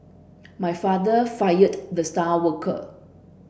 my father fired the star worker